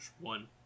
one